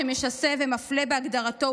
שמשסה ומפלה בהגדרתו,